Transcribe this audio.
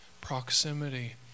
proximity